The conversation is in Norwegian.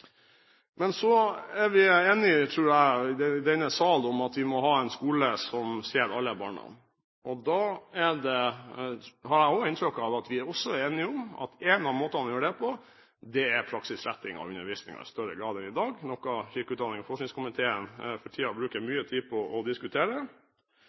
Men så er vi i denne sal enige, tror jeg, om at vi må ha en skole som ser alle barna. Jeg har også inntrykk av at vi er enige om at en av måtene å gjøre det på, er praksisretting av undervisningen i større grad enn i dag – noe kirke-, utdannings- og forskningskomiteen for tiden bruker